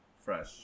Fresh